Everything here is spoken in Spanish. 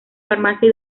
farmacia